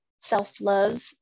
self-love